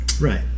right